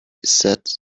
sat